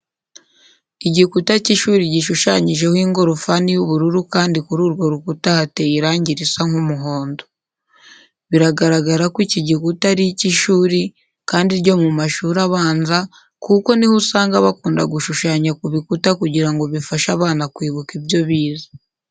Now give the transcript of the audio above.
Igikuta cy'ishuri gushushanyijeho ingorofani y'ubururu kandi kuri urwo rukuta hateye irangi risa nk'umuhondo. Biragaragara ko iki gikuta ari icy'ishuri kandi ryo mu mashuri abanza, kuko ni ho usanga bakunda gushushanya ku bikuta kugira ngo bifashe abana kwibuka ibyo bize.